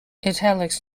italics